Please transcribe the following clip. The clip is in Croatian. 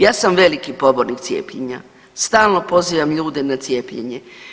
Ja sam veliki pobornik cijepljenja, stalno pozivam ljude na cijepljenje.